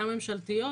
גם ממשלתיות,